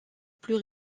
plus